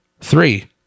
three